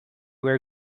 were